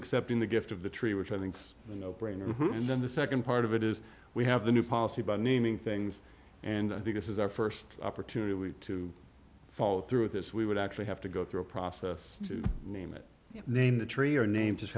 accepting the gift of the tree which i think it's a no brainer and then the nd part of it is we have the new policy about naming things and i think this is our st opportunity to follow through with this we would actually have to go through a process to name it name the tree or name just